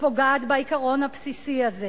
פוגעת בעיקרון הבסיסי הזה.